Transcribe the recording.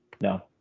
No